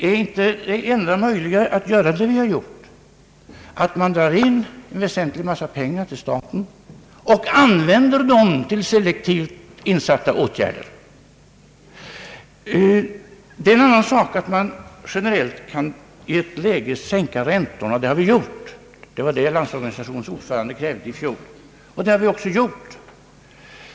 Är inte det enda möjliga att göra det vi har gjort, nämligen dragit in avsevärda belopp till staten och sedan använt pengarna till selektivt insatta åtgärder? Det är en annan sak att man i ett läge kan generellt sänka räntorna. Det krävde Landsorganisationens ordförande i fjol, och det har vi gjort.